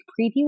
preview